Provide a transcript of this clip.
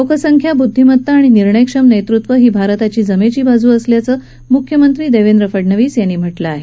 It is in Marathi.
लोकसंख्या बूध्दिमत्ता आणि निर्णयक्षम नेतृत्व ही भारताची जमेची बाजू असल्याचं मुख्यमंत्री देवेंद्र फडणवीस यांनी म्हटलं आहे